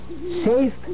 safe